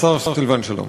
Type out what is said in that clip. השר סילבן שלום.